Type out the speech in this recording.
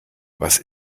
was